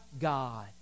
God